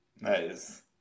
Nice